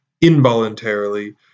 involuntarily